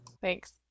thanks